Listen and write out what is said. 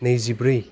नैजिब्रै